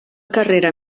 carrera